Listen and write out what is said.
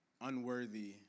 unworthy